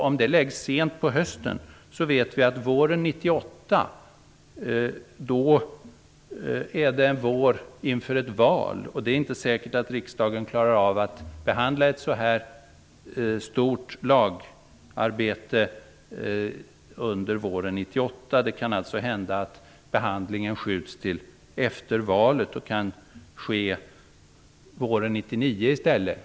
Om den läggs sent på hösten - våren 1998 är ju en vår före ett val - är det inte säkert att riksdagen klarar av att behandla ett så stort lagarbete under våren 1998. Det kan alltså hända att behandlingen skjuts framåt, till efter valet, för att i stället ske våren 1999.